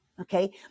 okay